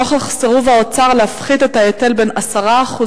נוכח סירוב האוצר להפחית את ההיטל בן ה-10%